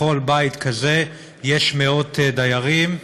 בכל בית כזה יש מאות דיירים,